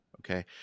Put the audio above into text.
okay